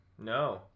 No